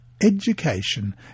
Education